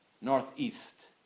northeast